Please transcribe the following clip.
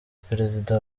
perezida